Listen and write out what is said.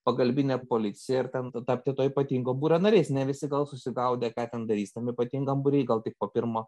pagalbinę policiją ir ten tapti to ypatingo būrio nariais ne visi gal susigaudė ką ten darys tam ypatingam būry gal tik po pirmo